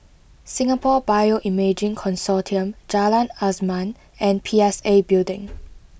Singapore Bioimaging Consortium Jalan Azam and P S A Building